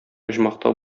оҗмахта